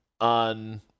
on